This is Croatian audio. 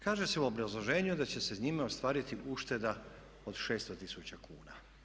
Kaže se u obrazloženju da će se njime ostvariti ušteda od 600 tisuća kuna.